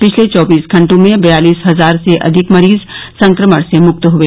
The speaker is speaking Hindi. पिछले चौबीस घंटों में बयालिस हजार से अधिक मरीज संक्रमण से मुक्त हुए